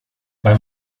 beim